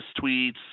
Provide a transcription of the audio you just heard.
tweets